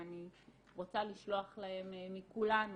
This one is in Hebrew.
ואני רוצה לשלוח להם מכולנו